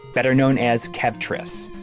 better known as kevtris.